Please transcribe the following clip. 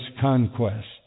conquest